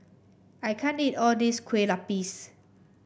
I can't eat all this Kueh Lupis